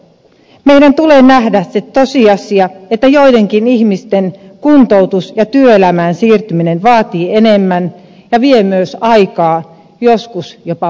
meidän tulee nähdä se tosiasia että joidenkin ihmisten kuntoutus ja työelämään siirtyminen vaatii enemmän ja vie myös aikaa joskus jopa vuosia